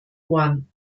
juan